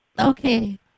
Okay